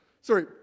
Sorry